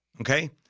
Okay